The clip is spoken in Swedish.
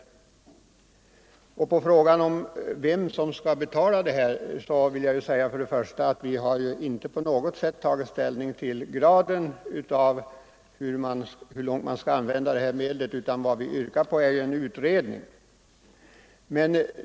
Som svar på frågan vem som skall betala kostnaderna vill jag säga att vi inte tagit ställning till i vilken utsträckning detta medel skall användas, utan vi yrkar endast på en utredning.